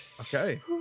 Okay